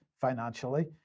financially